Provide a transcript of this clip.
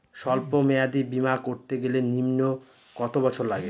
সল্প মেয়াদী বীমা করতে গেলে নিম্ন কত বছর লাগে?